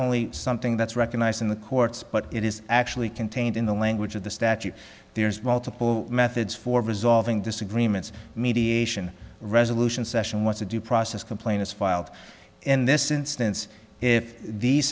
only something that's recognized in the courts but it is actually contained in the language of the statute there's multiple methods for resolving disagreements mediation resolution session what to do process complaints filed in this instance if these